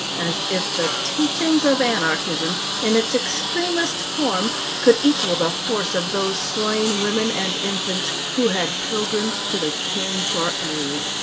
as if the teachings of anarchism in its extremest form could equal the force of those slain women and infants, who had pilgrimed to the king for aid.